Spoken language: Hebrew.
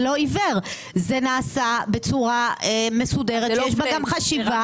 זה נעשה בצורה מסודרת ויש בה גם חשיבה.